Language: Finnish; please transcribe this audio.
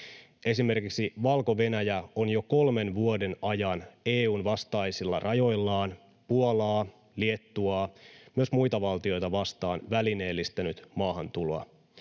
Esimerkiksi Valko-Venäjä on jo kolmen vuoden ajan EU:n vastaisilla rajoillaan Puolaa, Liettuaa ja myös muita valtioita vastaan välineellistänyt maahantuloa.